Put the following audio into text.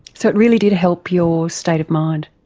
so it really did help your state of mind?